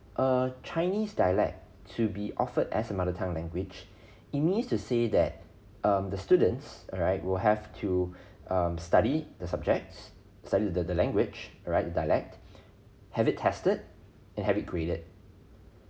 a chinese dialect to be offered as a mother tongue language it means to say that um the students right will have to um study the subjects study the the language right the dialect have it tested and have it graded